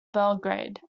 belgrade